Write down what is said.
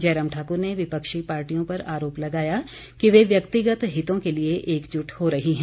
जयराम ठाक्र ने विपक्षी पार्टियों पर आरोप लगाया कि वे व्यक्तिगत हितों के लिए एकजुट हो रही हैं